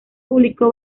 publicó